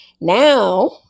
Now